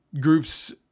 groups